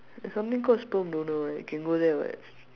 there's something called sperm donor what they can go there what